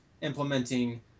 implementing